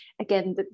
again